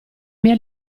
mia